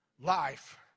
Life